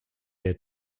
air